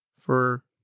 for-